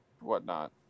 whatnot